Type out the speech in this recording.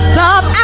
Stop